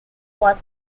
was